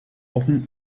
often